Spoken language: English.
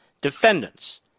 defendants